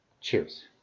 cheers